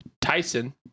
Tyson